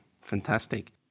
Fantastic